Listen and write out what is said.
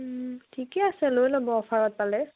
ঠিকে আছে লৈ ল'ব অফাৰত পালে